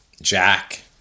Jack